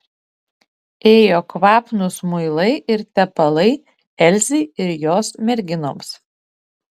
ėjo kvapnūs muilai ir tepalai elzei ir jos merginoms